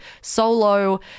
solo